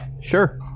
Sure